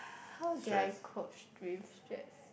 how do I coach with stress